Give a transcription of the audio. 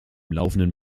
laufenden